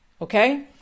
okay